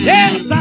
Yes